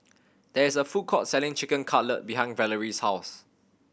there is a food court selling Chicken Cutlet behind Valerie's house